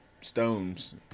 stones